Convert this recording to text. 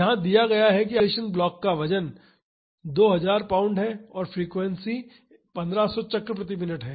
यह दिया गया है कि आइसोलेशन ब्लॉक का वजन 2000 पाउंड है और फोर्सिंग फ्रीक्वेंसी 1500 चक्र प्रति मिनट है